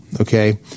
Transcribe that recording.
okay